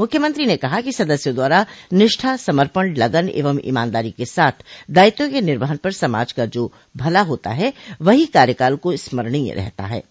मुख्यमंत्री ने कहा कि सदस्यों द्वारा निष्ठा समर्पण लगन एवं ईमानदारी के साथ दायित्वों के निवर्हन पर समाज का जो भला हाता है वहीं कार्यकाल को स्मरणीय